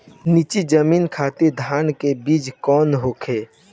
नीची जमीन खातिर धान के बीज कौन होखे?